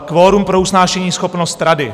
Kvorum pro usnášeníschopnost rady.